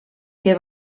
que